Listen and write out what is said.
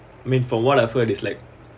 I mean from what I've heard it's like